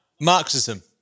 Marxism